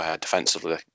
defensively